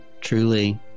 truly